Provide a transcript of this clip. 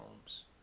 homes